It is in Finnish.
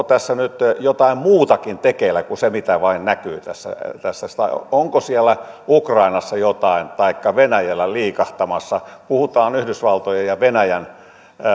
tässä nyt jotain muutakin tekeillä kuin se mitä vain näkyy tässä tässä onko siellä ukrainassa taikka venäjällä jotain liikahtamassa puhutaan yhdysvaltojen ja venäjän